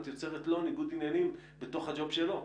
את כממשלה יוצרת לו ניגוד עניינים בתוך הג'וב שלו.